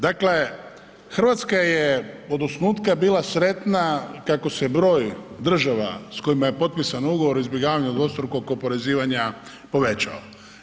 Dakle, Hrvatska je od osnutka bila sretna kako se broj država s kojima je potpisan ugovor o izbjegavanju dvostrukog oporezivanja povećao.